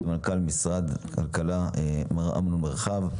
ולמנכ"ל משרד הכלכלה מר אמנון מרחב.